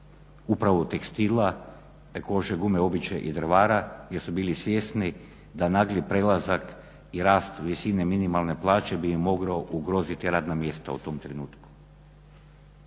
upravo tekstila, kože, gume, obuće i drvara jer su bili svjesni da nagli prelazak i rast visine minimalne plaće bi im mogao ugroziti radna mjesta u tom trenutku.